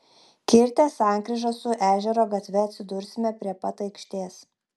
kirtę sankryžą su ežero gatve atsidursime prie pat aikštės